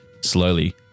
slowly